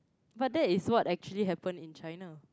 but that is what actually happen in China